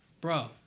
bro